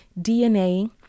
DNA